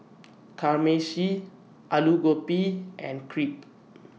Kamameshi Alu Gobi and Crepe